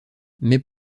mais